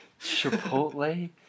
chipotle